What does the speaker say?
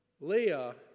Leah